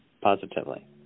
positively